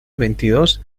veintidós